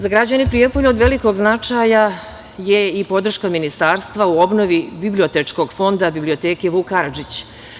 Za građane Prijepolja od velikog značaja je i podrška Ministarstva u obnovi bibliotečkog fonda biblioteke "Vuk Karadžić"